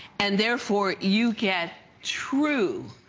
and therefore you get true,